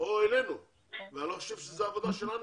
או לוועדה ואני לא חושבת שזאת העובדה שלנו